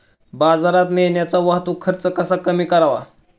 बाजारात नेण्याचा वाहतूक खर्च कसा कमी करावा?